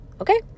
Okay